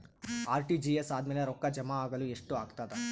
RTGS ಆದ್ಮೇಲೆ ರೊಕ್ಕ ಜಮಾ ಆಗಲು ಎಷ್ಟೊತ್ ಆಗತದ?